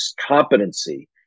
competency